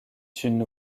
une